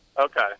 Okay